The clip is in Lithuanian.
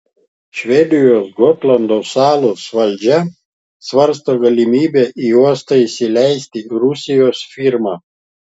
švedijos gotlando salos valdžia svarsto galimybę į uostą įsileisti rusijos firmą